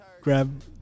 grab